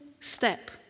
step